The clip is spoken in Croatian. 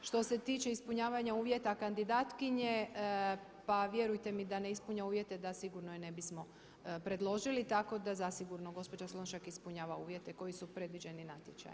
Što se tiče ispunjavaja uvjeta kandidatkinje pa vjerujte mi da ne ispunjava uvjete da sigurno je ne bismo predložili, tako da zasigurno gospođa Slonjšak ispunjava uvjete koji su predviđeni natječajem.